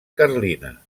carlina